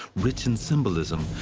rich in symbolism,